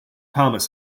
thomas